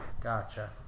Gotcha